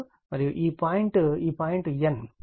మరియు ఈ పాయింట్ ఈ పాయింట్ N ఈ పాయింట్ N